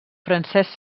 francesc